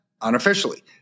unofficially